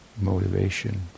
motivation